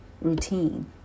routine